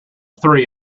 three